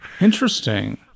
Interesting